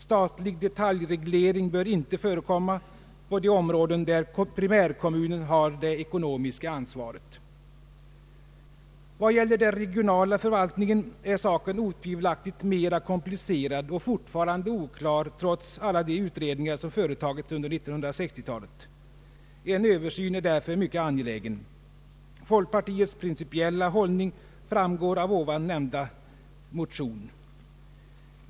Statlig detaljreglering bör inte förekomma på de områden där primärkommunen har det ekonomiska ansvaret. När det gäller den regionala förvaltningen är saken otvivelaktigt mera komplicerad och fortfarande oklar trots alla de utredningar som företagits under 1960-talet. En översyn är därför mycket angelägen. Folkpartiets principiella hållning framgår av den nyss nämnda motionen.